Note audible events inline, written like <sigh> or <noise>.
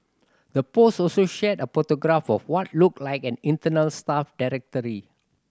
the post also shared a photograph of what looked like an internal staff <unintelligible>